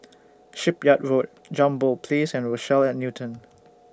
Shipyard Road Jambol Place and Rochelle At Newton